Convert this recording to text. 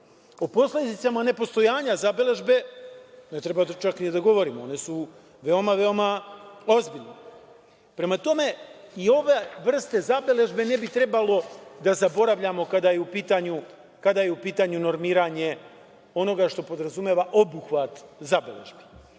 posledicama nepostojanja zabeležbe ne treba čak ni da govorimo. One su veoma, veoma ozbiljne. Prema tome, i ove vrste zabeležbe ne bi trebalo da zaboravljamo kada je u pitanju normiranje onoga što podrazumeva obuhvat zabeležbi. Na